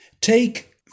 take